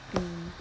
mm